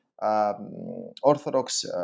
Orthodox